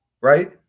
right